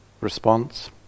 response